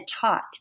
taught